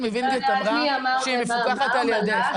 הגברת מווינגיט אמרה שהיא מפקחת על ידך,